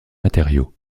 matériaux